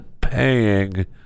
paying